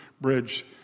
bridge